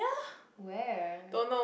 where